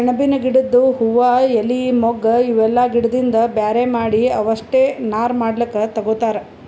ಸೆಣಬಿನ್ ಗಿಡದ್ ಹೂವಾ ಎಲಿ ಮೊಗ್ಗ್ ಇವೆಲ್ಲಾ ಗಿಡದಿಂದ್ ಬ್ಯಾರೆ ಮಾಡಿ ಅವಷ್ಟೆ ನಾರ್ ಮಾಡ್ಲಕ್ಕ್ ತಗೊತಾರ್